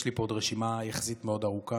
יש לי פה עוד רשימה יחסית מאוד ארוכה,